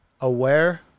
aware